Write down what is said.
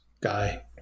guy